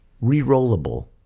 re-rollable